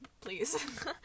please